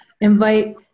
invite